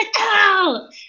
out